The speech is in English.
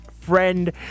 friend